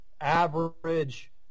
average